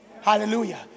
Hallelujah